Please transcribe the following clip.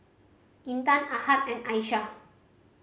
Intan Ahad and Aisyah